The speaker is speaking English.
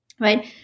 Right